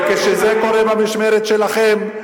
וכשזה קורה במשמרת שלכם,